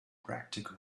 practical